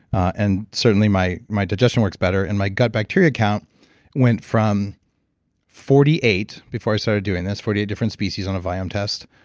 and certainly, my my digestion works better and my gut bacteria count went from forty eight before i started doing this, forty eight different species on a viome test,